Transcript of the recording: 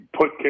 put